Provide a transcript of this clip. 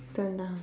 tone down